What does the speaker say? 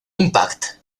impact